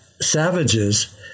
savages